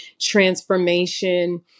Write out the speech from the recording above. transformation